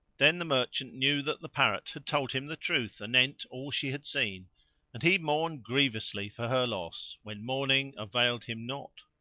then the merchant knew that the parrot had told him the truth anent all she had seen and he mourned grievously for her loss, when mourning availed him not.